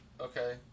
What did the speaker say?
okay